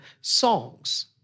songs